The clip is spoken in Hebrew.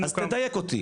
אז תדייק אותי.